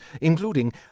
including